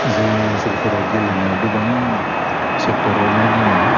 जोंनि ओनसोलफोराव गेलेनायाव गोबां सेक्टरावनो दङ